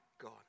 God